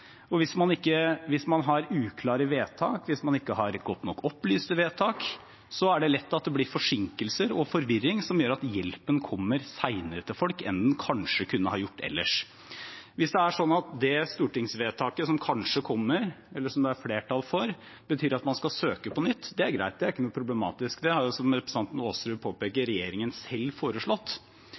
Hvis man har uklare vedtak, hvis man ikke har godt nok opplyste vedtak, er det lett at det blir forsinkelser og forvirring som gjør at hjelpen kommer senere til folk enn den ellers kanskje kunne ha gjort. Hvis det stortingsvedtaket som kanskje kommer, eller som det er flertall for, betyr at man skal søke på nytt, er det greit, det er ikke noe problematisk. Det har jo, som representanten Aasrud påpeker, regjeringen selv foreslått.